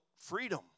freedom